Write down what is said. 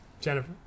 Jennifer